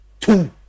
two